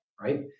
right